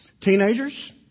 Teenagers